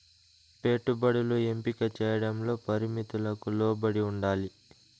పెట్టుబడులు ఎంపిక చేయడంలో పరిమితులకు లోబడి ఉండాలి